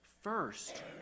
first